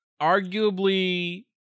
Arguably